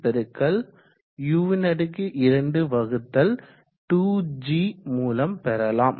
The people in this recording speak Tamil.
மூலம் பெறலாம்